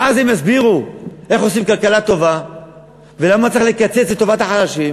ואז הם יסבירו איך עושים כלכלה טובה ולמה צריך לקצץ לטובת החלשים,